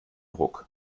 ruck